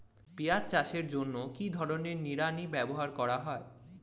পিঁয়াজ চাষের জন্য কি ধরনের নিড়ানি ব্যবহার করা হয়?